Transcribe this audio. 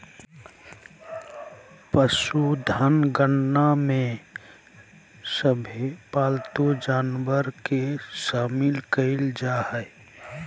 पशुधन गणना में सभे पालतू जानवर के शामिल कईल जा हइ